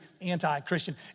anti-Christian